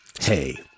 hey